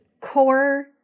core